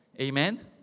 Amen